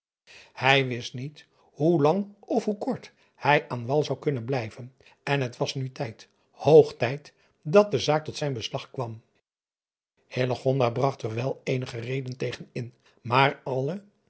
ij wist niet hoe lang of hoe kort hij aan wal zou kunnen blijven en het was nu tijd hoog tijd dat de zaak tot zijn beslag kwam bragt er wel eenige redenen tegen in maar alle